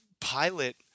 pilot